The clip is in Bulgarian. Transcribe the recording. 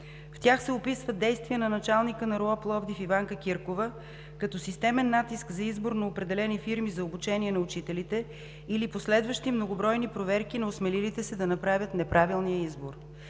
В тях се описват действия на началника на РУО – Пловдив, Иванка Киркова като системен натиск за избор на определени фирми за обучение на учителите или последващи многобройни проверки на осмелилите се да направят неправилния избор.